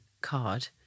card